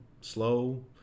slow